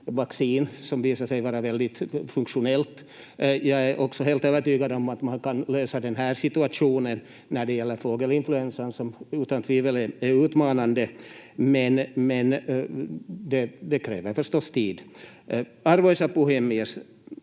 vaccin som visade sig vara väldigt funktionellt. Jag är också helt övertygad om att man kan lösa den här situationen när det gäller fågelinfluensan, som utan tvivel är utmanande, men det kräver förstås tid. Arvoisa puhemies!